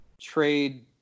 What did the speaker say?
trade